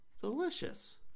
Delicious